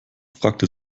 fragte